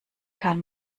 kann